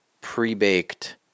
pre-baked